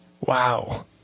Wow